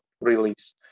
release